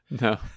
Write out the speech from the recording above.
No